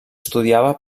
estudiava